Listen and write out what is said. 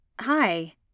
Hi